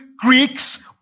Greeks